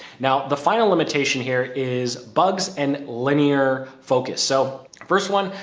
now the final limitation here is bugs and linear focus. so first one,